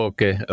Okay